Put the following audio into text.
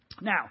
now